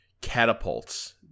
catapults